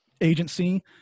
agency